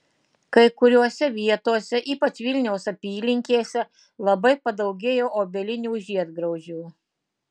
kai kuriose vietose ypač vilniaus apylinkėse labai padaugėjo obelinių žiedgraužių